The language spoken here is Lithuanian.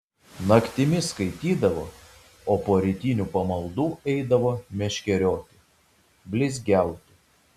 naktimis skaitydavo o po rytinių pamaldų eidavo meškerioti blizgiauti